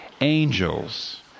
angels